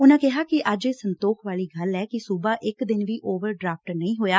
ਉਨ੍ਹਾ ਕਿਹਾ ਕਿ ਅੱਜ ਇਹ ਸੰਤੋਖ ਵਾਲੀ ਗੱਲ ਐ ਕਿ ਸੂਬਾ ਇਕ ਦਿਨ ਵੀ ਓਵਰ ਡਰਾਫਟ ਨਹੀਂ ਹੋਇਆ